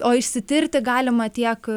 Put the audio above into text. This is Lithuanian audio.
o išsitirti galima tiek